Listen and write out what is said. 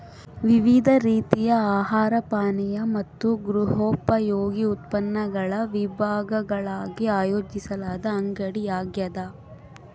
ವಿವಿಧ ರೀತಿಯ ಆಹಾರ ಪಾನೀಯ ಮತ್ತು ಗೃಹೋಪಯೋಗಿ ಉತ್ಪನ್ನಗಳ ವಿಭಾಗಗಳಾಗಿ ಆಯೋಜಿಸಲಾದ ಅಂಗಡಿಯಾಗ್ಯದ